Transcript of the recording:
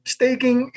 Staking